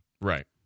Right